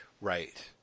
Right